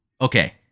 Okay